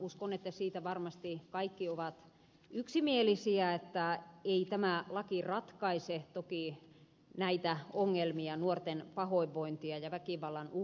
uskon että siitä varmasti kaikki ovat yksimielisiä että ei tämä laki ratkaise toki näitä ongelmia nuorten pahoinvointia ja väkivallan uhkaa